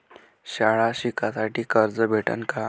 शाळा शिकासाठी कर्ज भेटन का?